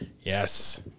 Yes